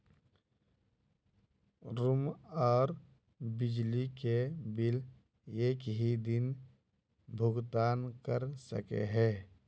Room आर बिजली के बिल एक हि दिन भुगतान कर सके है?